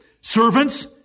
servants